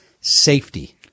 safety